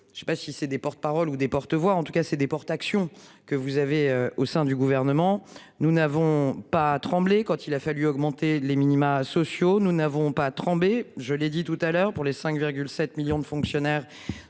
de je sais pas si c'est des porte-parole ou des porte-voix en tout cas c'est des portes actions que vous avez au sein du gouvernement. Nous n'avons pas tremblé quand il a fallu augmenter les minima sociaux, nous n'avons pas trompé je l'ai dit tout à l'heure pour les 5,7 millions de fonctionnaires